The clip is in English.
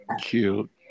Cute